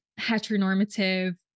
heteronormative